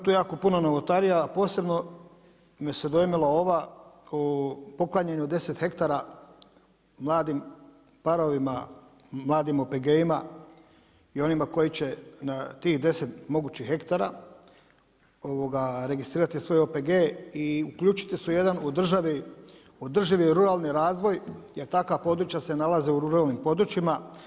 Ima tu jako puno novotarija a posebno me se dojmila ova o poklanjanju 10 hektara mladim parovima, mladim OPG-ima i onima koji će na tih 10 mogućih hektara registrirati svoje OPG-e i uključiti se u jedan održivi ruralni razvoj jer takva područja se nalaze u ruralnim područjima.